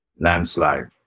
landslide